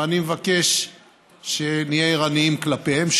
ואני מבקש שנהיה ערניים כלפיהם.